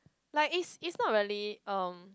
like it's it's not really um